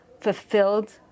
fulfilled